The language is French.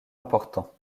important